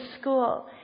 school